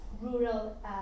rural